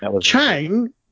chang